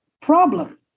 problem